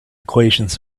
equations